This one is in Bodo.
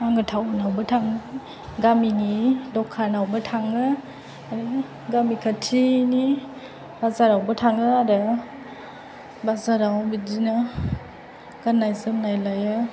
आङो थाउनआवबो थाङो गामिनि दखानावबो थाङो आरो गामि खाथिनि बाजारावबो थाङो आरो बाजाराव बिदिनो गाननाय जोमनाय लायो